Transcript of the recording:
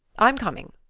i'm coming.